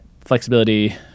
flexibility